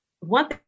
One